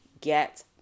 get